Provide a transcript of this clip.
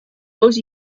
most